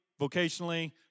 vocationally